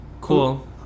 Cool